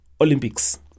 Olympics